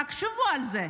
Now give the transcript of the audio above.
תחשבו על זה,